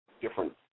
different